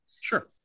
Sure